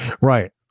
Right